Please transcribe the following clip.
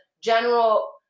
general